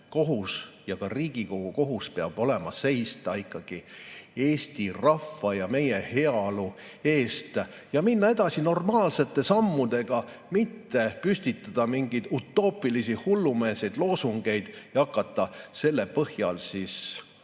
ja ka Riigikogu kohus peab olema seista ikkagi Eesti rahva, meie heaolu eest ja minna edasi normaalsete sammudega, mitte püstitada mingeid utoopilisi, hullumeelseid loosungeid ja hakata nende põhjal lihtsalt